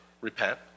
Repent